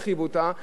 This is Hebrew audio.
אלא סחבו אותה,